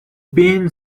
been